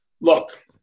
look